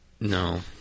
No